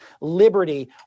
liberty